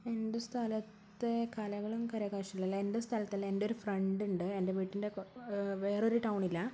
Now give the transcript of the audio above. എൻ്റെ സ്ഥലത്തെ കലകളും കരകൗശലമെല്ലാം എൻ്റെ സ്ഥലത്തല്ല എൻ്റെ ഒരു ഫ്രണ്ട് ഉണ്ട് എൻ്റെ വീട്ടിൻ്റെ വേറൊരു ടൗണിലാണ്